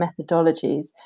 methodologies